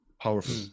Powerful